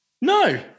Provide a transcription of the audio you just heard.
No